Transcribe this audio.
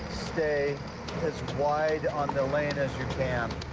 stay as wide on the lane as you can.